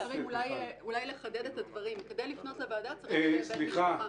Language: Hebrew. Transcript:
אולי לחדד את הדברים כדי לפנות לוועדה צריך שיהיה בן משפחה.